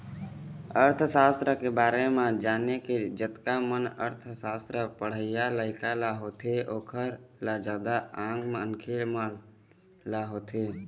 अर्थसास्त्र के बारे म जाने के जतका मन अर्थशास्त्र के पढ़इया लइका ल होथे ओखर ल जादा आम मनखे ल होथे